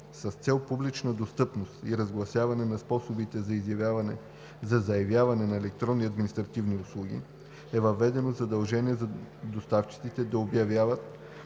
С цел публична достъпност и разгласяване на способите за заявяване на електронни административни услуги е въведено задължение за доставчиците да обявят